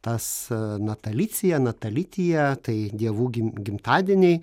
tas natalicija natalitija tai dievų gim gimtadieniai